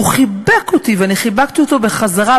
והוא חיבק אותי ואני חיבקתי אותו בחזרה,